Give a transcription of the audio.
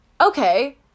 okay